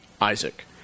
Isaac